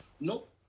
Nope